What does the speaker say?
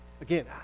Again